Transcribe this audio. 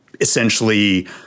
essentially